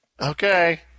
Okay